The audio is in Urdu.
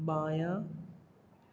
بایاں